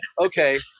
okay